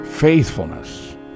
faithfulness